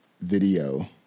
video